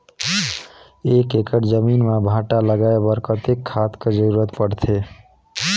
एक एकड़ जमीन म भांटा लगाय बर कतेक खाद कर जरूरत पड़थे?